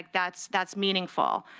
that's that's meaningful.